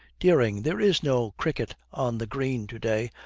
dering, there is no cricket on the green to-day.